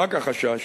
רק החשש,